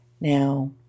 Now